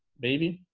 baby